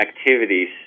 activities